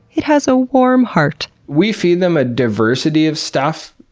it has a warm heart. we feed them a diversity of stuff,